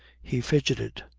he fidgeted.